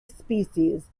species